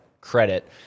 credit